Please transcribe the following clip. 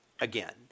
again